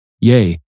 Yea